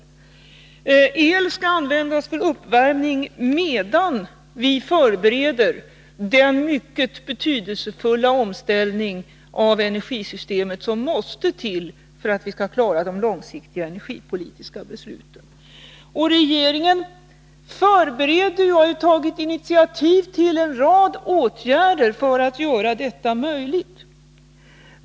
El skall användas för uppvärmning medan vi förebereder den mycket betydelsefulla omställning av energisystemet som måste till för att vi skall klara de långsiktiga energipolitiska besluten. Regeringen förbereder och har tagit initiativ till en rad åtgärder för att göra detta möjligt.